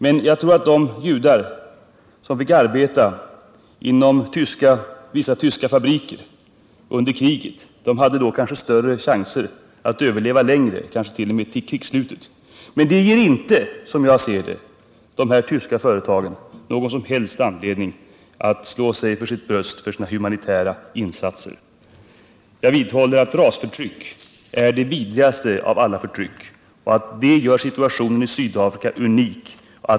Men jag tror att de judar som fick arbeta inom vissa tyska fabriker under kriget kunde ha större chanser att överleva längre — kansket.o.m. till krigsslutet. Det ger emellertid inte de här tyska företagen någon som helst anledning att slå sig för sitt bröst för sina humanitära insatser. Jag vidhåller att rasförtryck är det vidrigaste av allt förtryck och att det gör situationen i Sydafrika unik.